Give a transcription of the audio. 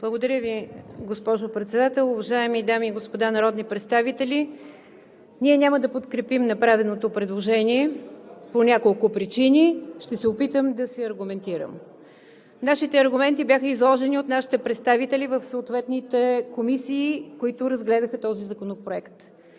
Благодаря Ви, госпожо Председател. Уважаеми дами и господа народни представители, ние няма да подкрепим направеното предложение по няколко причини. Ще се опитам да се аргументирам. Нашите аргументи бяха изложени от нашите представители в съответните комисии, които разгледаха този законопроект.